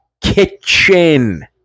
kitchen